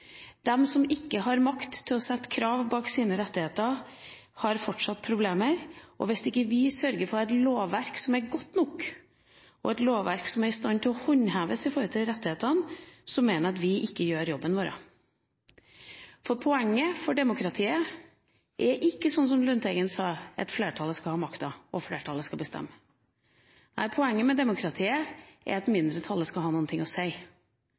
som ikke har makt til å sette krav bak sine rettigheter, har fortsatt problemer, og hvis ikke vi sørger for å ha et lovverk som er godt nok, og et lovverk som gjør at disse rettighetene håndheves, mener jeg at vi ikke gjør jobben vår. For poenget for demokratiet er ikke, som Lundteigen sa, at flertallet skal ha makta, og flertallet skal bestemme. Nei, poenget med demokratiet er at mindretallet skal ha noe å